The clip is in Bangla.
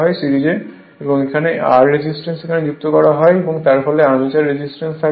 এর সাথে R রেজিস্ট্যান্স এখানে যুক্ত হয় এবং এখানে আর্মেচার রেজিস্ট্যান্স থাকে